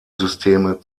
systeme